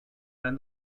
and